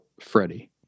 Freddie